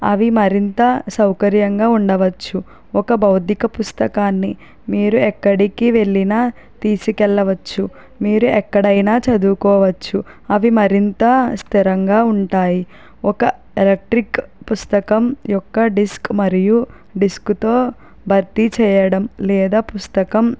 అవి మరింత సౌకర్యంగా ఉండవచ్చు ఒక భౌతిక పుస్తకాన్ని మీరు ఎక్కడికి వెళ్ళిన తీసుకెళ్ళవచ్చు మీరు ఎక్కడైనా చదువుకోవచ్చు అవి మరింత స్థిరంగా ఉంటాయి ఒక ఎలక్ట్రిక్ పుస్తకం యొక్క డిస్క్ మరియు డిస్క్ తో భర్తీ చేయడం లేదా పుస్తకం